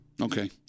Okay